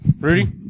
Rudy